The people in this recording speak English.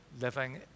living